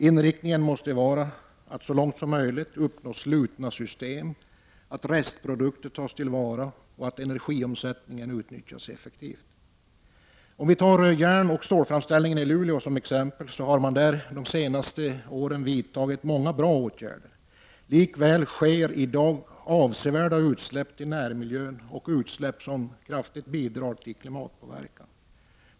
Inriktningen måste vara att så långt möjligt uppnå slutna system, att restprodukter tas till vara och att energiomsättningen utnyttjas effektivt. Jag tar järnoch stålframställningen i Luleå som exempel. Där har man de senaste decennierna vidtagit många bra åtgärder. Likväl sker i dag fortfarande avsevärda utsläpp till närmiljön och utsläpp som kraftigt bidrar till klimatpåverkan.